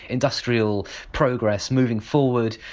industrial progress, moving forward.